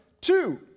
two